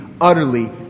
utterly